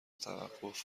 توقف